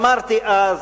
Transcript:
אמרתי אז,